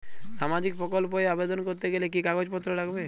সামাজিক প্রকল্প এ আবেদন করতে গেলে কি কাগজ পত্র লাগবে?